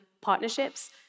partnerships